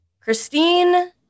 Christine